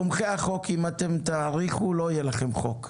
תומכי החוק, אם אתם תאריכו לא יהיה לכם חוק.